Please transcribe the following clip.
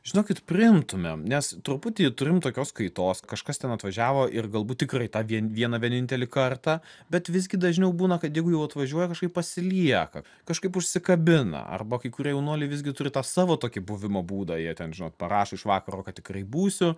žinokit priimtumėm nes truputį turim tokios kaitos kažkas ten atvažiavo ir galbūt tikrai tą vien vieną vienintelį kartą bet visgi dažniau būna kad jeigu jau atvažiuoja kažkaip pasilieka kažkaip užsikabina arba kai kurie jaunuoliai visgi turi tą savo tokį buvimo būdą jie ten parašo iš vakaro kad tikrai būsiu